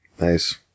Nice